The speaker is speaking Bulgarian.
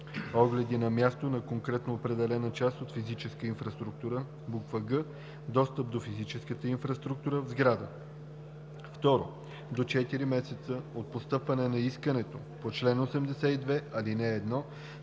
огледи на място на конкретно определена част от физическа инфраструктура; г) достъп до физическата инфраструктура в сграда; 2. до четири месеца от постъпване на искането по чл. 82, ал. 1,